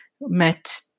met